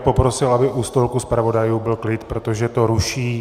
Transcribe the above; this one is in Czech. Poprosil bych, aby u stolku zpravodajů byl klid, protože to ruší.